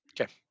Okay